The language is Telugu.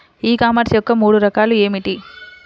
ఈ కామర్స్ యొక్క మూడు రకాలు ఏమిటి?